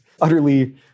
utterly